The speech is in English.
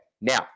now